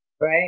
right